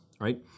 Right